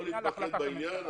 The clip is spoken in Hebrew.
בוא נתמקד בעניין.